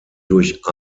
durch